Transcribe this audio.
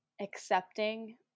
accepting